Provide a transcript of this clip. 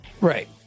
Right